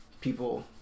People